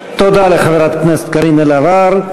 תודה לחברת הכנסת קארין אלהרר.